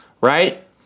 right